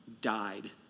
died